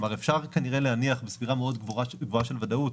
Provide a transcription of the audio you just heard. אפשר כנראה להניח בסבירות של ודאות,